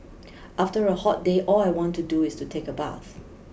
after a hot day all I want to do is to take a bath